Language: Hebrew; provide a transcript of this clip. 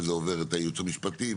וזה עובר את הייעוץ המשפטי,